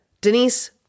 Denise